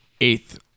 eighth